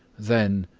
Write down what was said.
then,